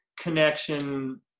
connection